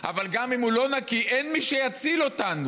אבל גם אם הוא לא נקי, אין מי שיציל אותנו.